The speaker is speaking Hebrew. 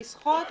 לשחות,